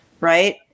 right